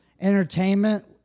entertainment